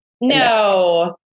no